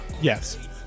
yes